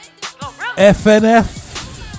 FNF